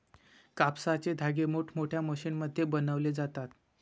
कापसाचे धागे मोठमोठ्या मशीनमध्ये बनवले जातात